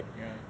ya